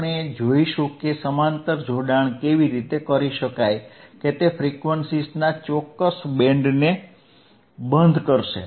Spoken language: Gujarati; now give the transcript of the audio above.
આપણે જોઈશું કે સમાંતર જોડાણ કેવી રીતે કરી શકાય કે તે ફ્રીક્વન્સીઝના ચોક્કસ બેન્ડને બંધ કરશે